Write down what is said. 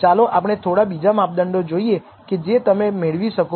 ચાલો આપણે થોડા બીજા માપદંડો જોઈએ કે જે તમે મેળવી શકો છો